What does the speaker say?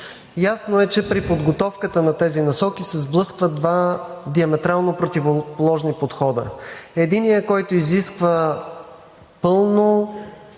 Ясно е, че при подготовката на тези насоки се сблъскват два диаметрално противоположни подхода. Единият, който изисква пълно,